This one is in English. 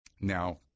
Now